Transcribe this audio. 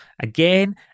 again